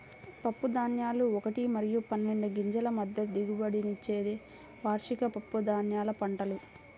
పప్పుధాన్యాలు ఒకటి మరియు పన్నెండు గింజల మధ్య దిగుబడినిచ్చే వార్షిక పప్పుధాన్యాల పంటలు